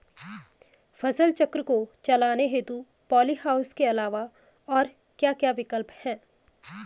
फसल चक्र को चलाने हेतु पॉली हाउस के अलावा और क्या क्या विकल्प हैं?